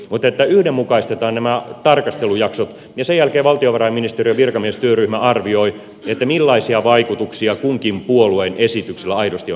mutta yhdenmukaistetaan nämä tarkastelujaksot ja sen jälkeen valtiovarainministeriön virkamiestyöryhmä arvioi millaisia vaikutuksia kunkin puolueen esityksellä aidosti on